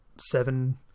seven